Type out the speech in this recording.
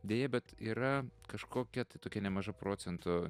deja bet yra kažkokia tai tokia nemaža procento